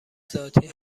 ذاتی